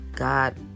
God